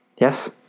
Yes